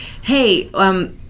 hey